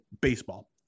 baseball